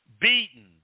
beaten